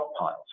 stockpiles